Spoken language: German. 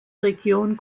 region